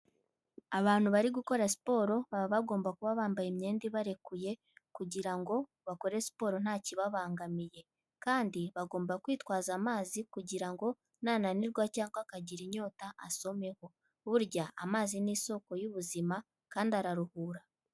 Abantu bari gukora siporo, baba bagomba kuba bambaye imyenda ibarekuye kugira ngo bakore siporo ntakibabangamiye kandi bagomba kwitwaza amazi kugira ngo nananirwa cyangwa akagira inyota, asomeho, Burya amazi ni isoko y'ubuzima kandi araruhura.